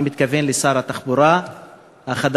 אני מתכוון לשר התחבורה החדש-ישן,